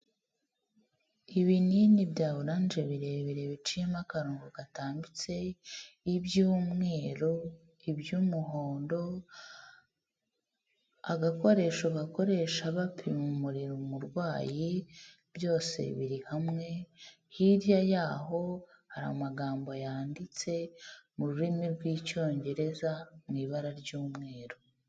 Ibinini bya oranje birebire biciyemo akarongo gatambitse iby'umweru, iby'umuhondo agakoresho gakoresha bapima umuriro umurwayi, byose biri hamwe hirya yaho hari amagambo yanditse mu rurimi rw'Icyongereza mu ibara ry'umweru.